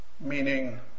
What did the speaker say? meaning